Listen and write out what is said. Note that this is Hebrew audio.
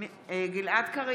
גלעד קריב,